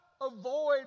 avoid